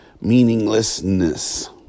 meaninglessness